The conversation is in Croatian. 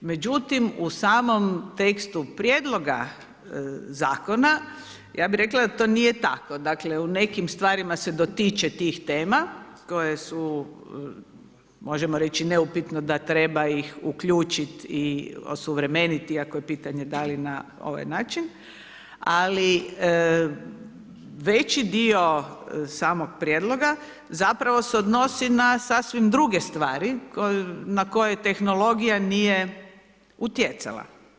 Međutim u samom tekstu prijedloga zakona ja bih rekla da to nije tako, dakle u nekim stvarima se dotiče tih tema koje su možemo reći neupitno da treba ih uključit i osuvremeniti, iako je pitanje da li na ovaj način, ali veći dio samog prijedloga zapravo se odnosi na sasvim druge stvari na koje tehnologija nije utjecala.